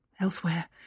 elsewhere